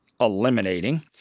eliminating